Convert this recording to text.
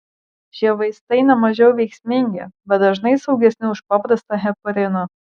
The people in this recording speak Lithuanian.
šie vaistai nemažiau veiksmingi bet dažnai saugesni už paprastą hepariną